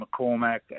McCormack